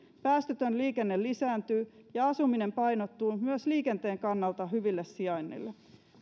päästötön liikenne lisääntyy ja asuminen painottuu myös liikenteen kannalta hyville sijainneille